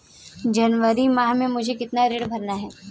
जनवरी माह में मुझे कितना ऋण भरना है?